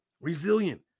Resilient